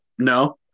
No